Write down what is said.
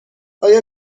آیا